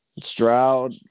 Stroud